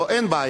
לא, אין בעיה.